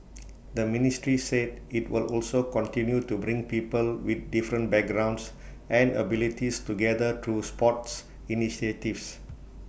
the ministry said IT will also continue to bring people with different backgrounds and abilities together through sports initiatives